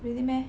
really meh